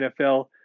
NFL